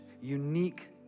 unique